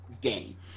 game